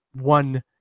one